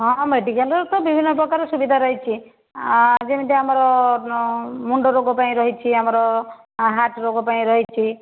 ହଁ ମେଡ଼ିକାଲରେ ତ ବିଭିନ୍ନପ୍ରକାର ସୁବିଧା ରହିଛି ଆ ଯେମିତି ଆମର ମୁଣ୍ଡ ରୋଗ ପାଇଁ ରହିଛି ଆମର ହାର୍ଟ ରୋଗ ପାଇଁ ରହିଛି